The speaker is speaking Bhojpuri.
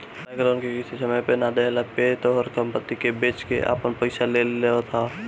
बैंक लोन के किस्त समय पे ना देहला पे तोहार सम्पत्ति के बेच के आपन पईसा ले लेवत ह